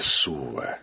sua